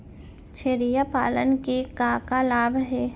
छेरिया पालन के का का लाभ हे?